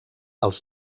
els